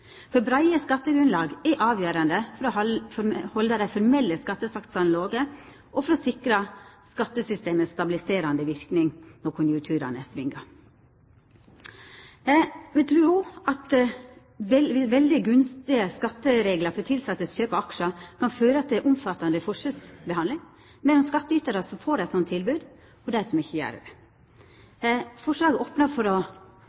For breie skattegrunnlag er avgjerande for å halda dei formelle skattesatsane låge og for å sikra skattesystemets stabiliserande verknad når konjunkturane svingar. Me trur òg at veldig gunstige skattereglar for tilsettes kjøp av aksjar kan føra til omfattande forskjellsbehandling mellom skattytarar som får eit slikt tilbod, og dei som ikkje gjer det. Forslaget opnar for å